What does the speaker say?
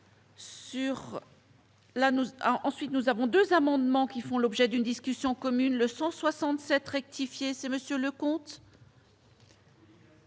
ensuite nous avons 2 amendements qui font l'objet d'une discussion commune le 167 rectifier ce monsieur Leconte.